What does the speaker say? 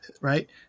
right